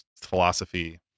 philosophy